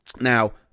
Now